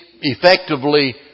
effectively